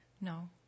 no